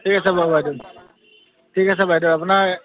ঠিক আছে বাৰু বাইদেউ ঠিক আছে বাইদেউ আপোনাৰ